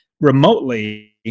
remotely